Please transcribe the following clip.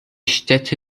stätte